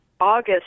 August